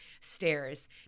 stairs